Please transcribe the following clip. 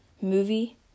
movie